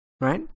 right